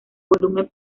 volumen